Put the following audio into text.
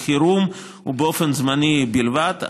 כחירום ובאופן זמני בלבד,